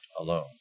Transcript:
alone